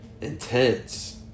intense